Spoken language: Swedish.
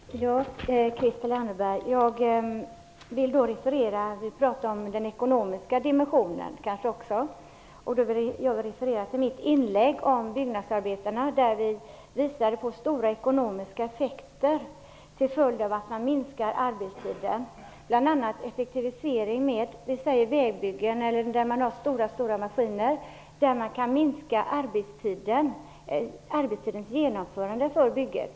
Fru talman! Ja, Christel Anderberg, vi kanske skall prata om den ekonomiska dimensionen, och då vill jag referera till mitt inlägg om byggnadsarbetarna. Det har visat sig att det uppstår stora ekonomiska effekter till följd av att man minskar arbetstiden. Man kan t.ex. effektivisera vägbyggen, där det används mycket stora maskiner, genom att man förkortar genomförandetiden för byggena.